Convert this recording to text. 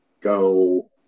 go